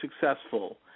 successful